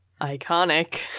Iconic